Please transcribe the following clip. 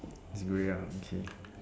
it's grey ah okay